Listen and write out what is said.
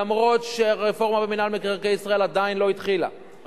למרות שהרפורמה במינהל מקרקעי ישראל עדיין לא התחילה,